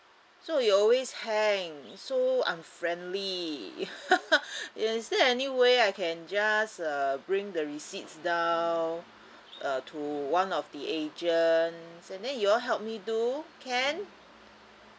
so it always hang so unfriendly is there any way I can just uh bring the receipts down uh to one of the agent and then you all help me do can